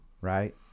right